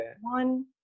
one